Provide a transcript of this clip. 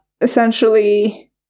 essentially